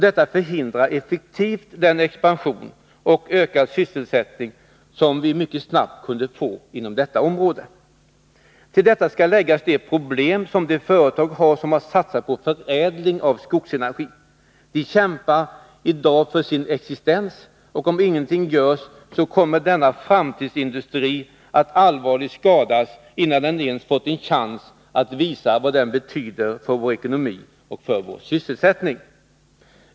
Detta förhindrar effektivt den expansion och den ökade sysselsättning som vi mycket snabbt skulle kunna få på detta område. Till detta skall läggas de problem som de företag har vilka har satsat på förädling av skogsenergi. De kämpar i dag för sin existens. Om ingenting görs, kommer det att bli till allvarlig skada för denna framtidsindustri, innan denna ens har fått en chans att visa vad den betyder för vår ekonomi och för sysselsättningen.